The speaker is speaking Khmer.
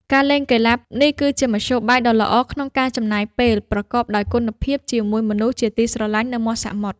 ការលេងកីឡានេះគឺជាមធ្យោបាយដ៏ល្អក្នុងការចំណាយពេលប្រកបដោយគុណភាពជាមួយមនុស្សជាទីស្រឡាញ់នៅមាត់សមុទ្រ។